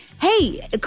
hey